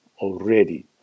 already